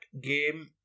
game